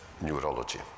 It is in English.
neurology